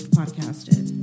podcasted